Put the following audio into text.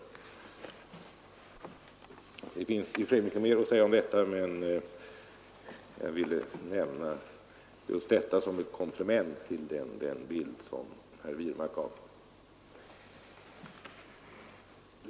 Det finns i och för sig mycket mer att säga i det sammanhanget, men jag ville nämna just detta som ett komplement till den bild som herr Wirmark gav.